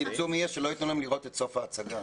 הצמצום יהיה שלא ייתנו להם לראות את סוף ההצגה.